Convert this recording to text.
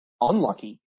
unlucky